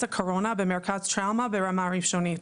הקורונה במרכז --- ברמה ראשונית.